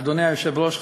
אדוני היושב-ראש,